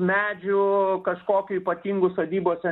medžių kažkokių ypatingų sodybose